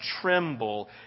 tremble